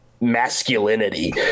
masculinity